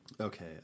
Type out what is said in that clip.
okay